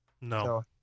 no